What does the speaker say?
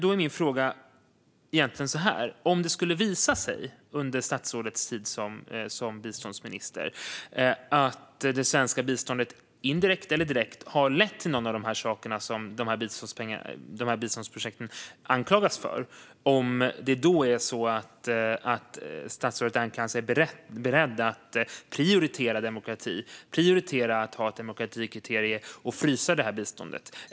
Då är min fråga: Om det skulle visa sig under statsrådets tid som biståndsminister att det svenska biståndet direkt eller indirekt har lett till någon av de saker som biståndsprojekten anklagas för, är då statsrådet Ernkrans beredd att prioritera demokrati, att ha ett demokratikriterium och att frysa detta bistånd?